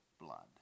blood